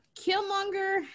Killmonger